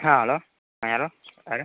ஆ hello ஆ யார் யார்